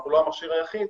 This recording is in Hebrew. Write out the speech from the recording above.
ואנחנו לא המכשיר היחיד,